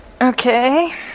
Okay